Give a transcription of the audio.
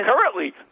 currently